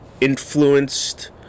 influenced